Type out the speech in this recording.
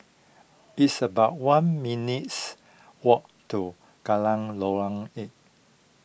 it's about one minutes' walk to Geylang Lorong eight